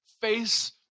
face